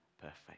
perfect